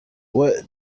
what